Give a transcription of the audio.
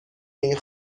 این